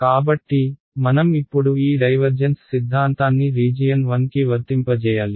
కాబట్టి మనం ఇప్పుడు ఈ డైవర్జెన్స్ సిద్ధాంతాన్ని రీజియన్ 1 కి వర్తింపజేయాలి